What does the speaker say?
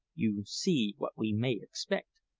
you see what we may expect,